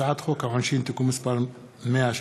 הצעת חוק העונשין (תיקון מס' 125),